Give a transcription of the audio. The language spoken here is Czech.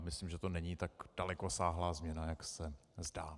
Myslím, že to není tak dalekosáhlá změna, jak se zdá.